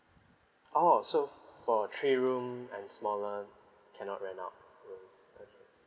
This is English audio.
orh so for three room and smaller cannot rent out rooms okay